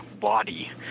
body